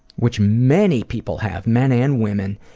which many people have, men and women,